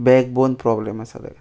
back bone problem आसा जाल्या